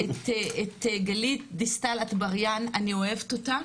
את גלית דיסטל אטבריאן, אני אוהבת אותה.